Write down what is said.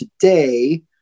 today